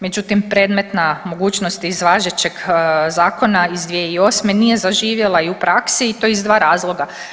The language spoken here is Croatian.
Međutim, predmetna mogućnost iz važećeg zakona iz 2008. nije zaživjela i u praksi i to iz 2 razloga.